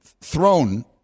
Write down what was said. thrown